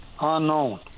Unknown